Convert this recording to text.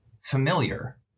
familiar